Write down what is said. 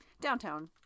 downtown